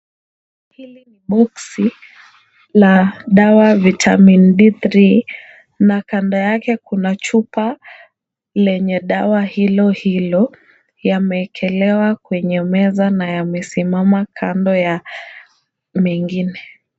Hili ni boksi la dawa Vitamin D3 na kando yake kuna chupa lenye dawa hilo hilo yameekelewa kwenye meza na yamesimama kando ya mengine.